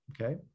Okay